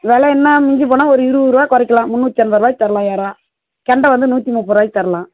வெலை என்ன மிஞ்சி போனால் ஒரு இருபது ரூபா குறைக்கலாம் முந்நூற்றி ஐம்பது ரூபாய்க்கு தரலாம் எறால் கெண்டை வந்து நூற்றி முப்பது ரூபாய்க்கி தரலாம்